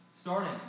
Starting